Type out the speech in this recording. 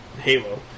Halo